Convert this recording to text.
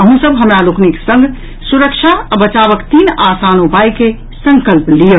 अहूँ सब हमरा लोकनिक संग सुरक्षा आ बचावक तीन आसान उपायक संकल्प लियऽ